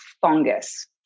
fungus